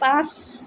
পাঁচ